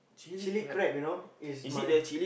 chilli crab you know is my